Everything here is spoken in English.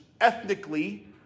Ethnically